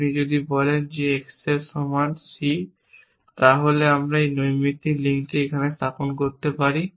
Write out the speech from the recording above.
আপনি যদি বলেন যে x সমান C এর তাহলে আমরা এই নৈমিত্তিক লিঙ্কটি এখানে স্থাপন করতে পারি